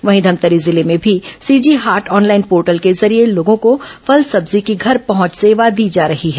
वहीं धमतरी जिले में भी सीजी हाट ऑनलाइन पोर्टल के जरिये लोगों को फल सब्जी की घर पहुंच सेवा दी जा रही है